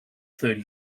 thirty